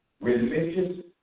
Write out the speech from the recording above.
religious